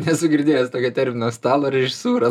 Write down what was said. nesu girdėjęs tokio termino stalo režisūra